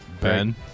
Ben